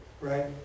Right